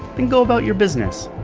then go about your business,